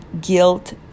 guilt